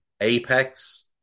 apex